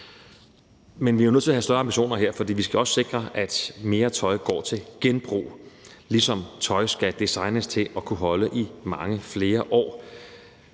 Men vi er nødt til at have større ambitioner her, for vi skal også sikre, at mere tøj går til genbrug, ligesom tøj skal designes til at kunne holde i mange flere år.